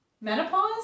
Menopause